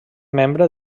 membre